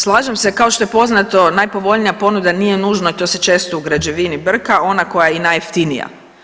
Slažem se, kao što je poznato, najpovoljnija ponuda nije nužno i to se često u građevini brka, ona koja je i najjeftinija.